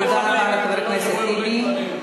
תודה רבה לחבר הכנסת טיבי.